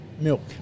milk